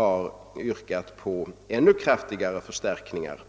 håll yrkats på ännu kraftigare förstärkningar.